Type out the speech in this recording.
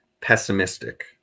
pessimistic